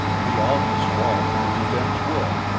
beyond the swamp was a dense wood.